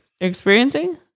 experiencing